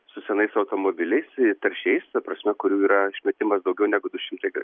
su senais automobiliais taršiais ta prasme kurių yra išmetimas daugiau negu du šimtai